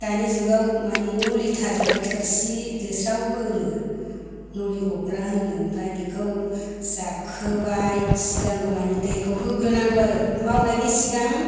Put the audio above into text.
दानि जुगाव माने नलि थाजोब्बाय थोरसि दोस्राव होनो नलि गग्रा होनो ओमफ्राय बेखौ जाबखोबाय सिगांगौमानि दैखौ होग्रोनांगौ आरो मावनायनि सिगां